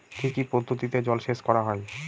কি কি পদ্ধতিতে জলসেচ করা হয়?